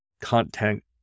content